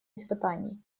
испытаний